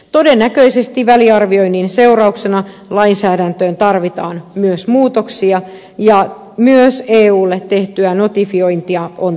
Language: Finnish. todennäköisesti väliarvioinnin seurauksena lainsäädäntöön tarvitaan myös muutoksia ja myös eulle tehtyä notifiointia on tarkistettava